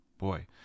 boy